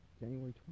January